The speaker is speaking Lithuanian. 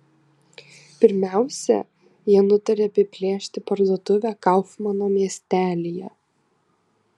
pirmiausia jie nutarė apiplėšti parduotuvę kaufmano miestelyje